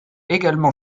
également